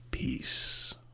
Peace